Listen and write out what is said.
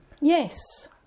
Yes